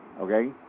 Okay